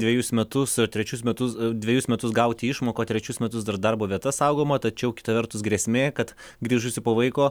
dvejus metus ar trečius metus dvejus metus gauti išmoką o trečius metus dar darbo vieta saugoma tačiau kita vertus grėsmė kad grįžusi po vaiko